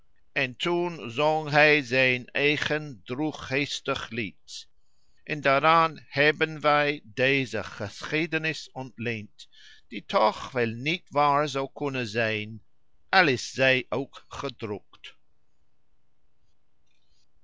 en toen zong hij zijn eigen droefgeestig lied en daaraan hebben wij deze geschiedenis ontleend die toch wel niet waar zou kunnen zijn al is zij ook gedrukt